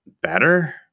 better